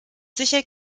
sicher